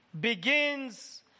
begins